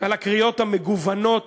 על הקריאות המגוונות